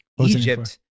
Egypt